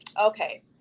okay